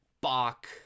Bach